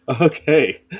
Okay